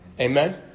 Amen